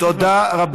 תודה רבה.